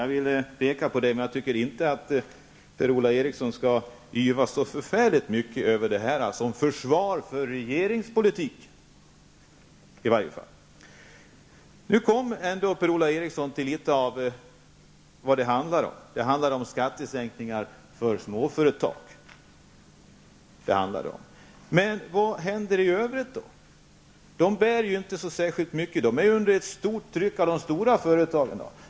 Jag tycker att det här är en framgång, men Per-Ola Eriksson bör inte yvas så väldigt mycket och mena att det är ett försvar för regeringspolitiken. Nu kom Per-Ola Eriksson ändå in på vad det handlar om: skattesänkningar för småföretag. Men vad händer i övrigt? De små företagen befinner sig ju under ett stort tryck från de stora företagens sida.